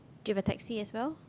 do you have a taxi as well